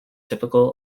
typical